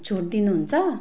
छुट दिनु हुन्छ